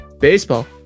baseball